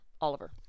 Oliver